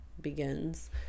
begins